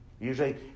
Usually